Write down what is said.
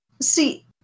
See